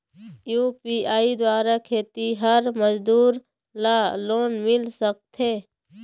UPI द्वारा खेतीहर मजदूर ला लोन मिल सकथे?